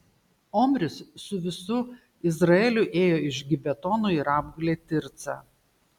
omris su visu izraeliu ėjo iš gibetono ir apgulė tircą